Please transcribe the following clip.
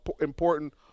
important